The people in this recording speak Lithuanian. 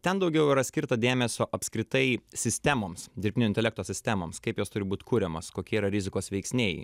ten daugiau yra skirta dėmesio apskritai sistemoms dirbtinio intelekto sistemoms kaip jos turi būt kuriamos kokie yra rizikos veiksniai